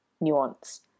nuance